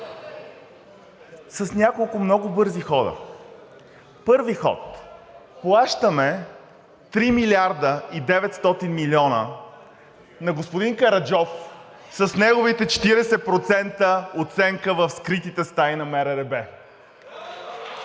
С няколко много бързи хода. Първи ход, плащаме 3 млрд. и 900 млн. лв. на господин Караджов с неговите 40% оценка в скритите стаи на МРРБ